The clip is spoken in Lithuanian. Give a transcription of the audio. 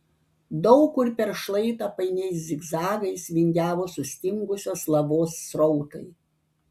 daug kur per šlaitą painiais zigzagais vingiavo sustingusios lavos srautai